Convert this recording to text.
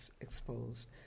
exposed